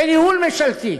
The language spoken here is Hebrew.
בניהול ממשלתי.